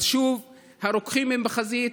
אז שוב: הרוקחים הם בחזית.